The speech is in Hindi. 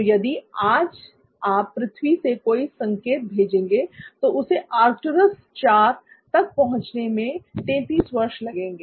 तो यदि आप आज पृथ्वी से कोई संकेत भेजेंगे तो उसे आर्कटूरूस IV तक पहुंचने में 33 वर्ष लगेंगे